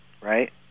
right